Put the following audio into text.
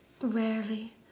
rarely